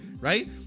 right